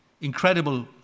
incredible